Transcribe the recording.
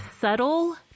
subtle